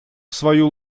свою